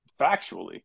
factually